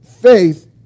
Faith